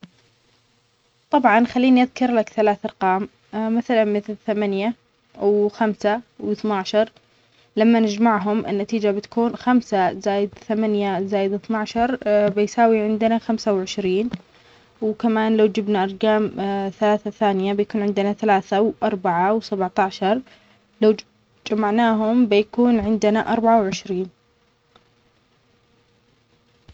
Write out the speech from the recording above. طبعا خليني اذكر لك ثلاث ارقام مثلا مثل ثمانية وخمسة واثنى عشر لما نجمعهم النتيجة بتكون خمسة زائد ثمانية زائد اثنى عشر بيساوي عندنا خمسة وعشرين وكمان لو جبنا ارجام ثلاثة ثانية بيكون عندنا ثلاثة واربعة وسبعة عشر لو جمعناهم بيكون عندنا اربعة وعشرين.